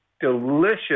delicious